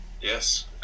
Yes